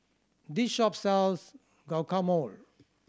this shop sells Guacamole